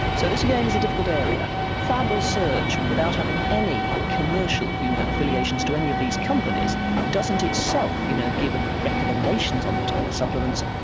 so this again is a difficult area. fab research, without having any commercial you know affiliations to any of these companies doesn't, itself, you know, give a recommendation on particular supplements.